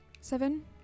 seven